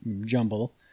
jumble